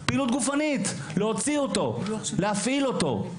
פעילות גופנית להוציא אותו, להפעיל אותו.